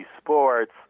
sports